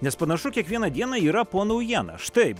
nes panašu kiekvieną dieną yra po naujieną štai